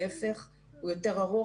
להיפך, הוא יותר ארוך.